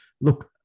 look